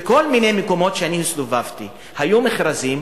בכל מיני מקומות שהסתובבתי היו מכרזים.